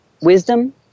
wisdom